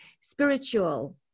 spiritual